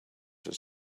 his